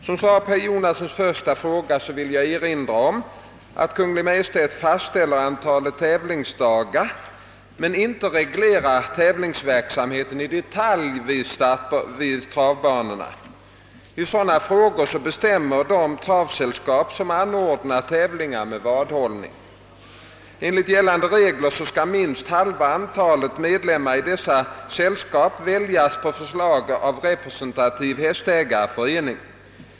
Som svar på herr Jonassons första fråga vill jag erinra om att Kungl. Maj:t fastställer antalet tävlingsdagar men inte reglerar tävlingsverksamheten i detalj vid travbanorna. I sådana frågor bestämmer de travsällskap som anordnar tävlingar med vadhållning. Enligt gällande regler skall minst halva antalet medlemmar i dessa sällskap väljas på förslag av representativ hästägarförening.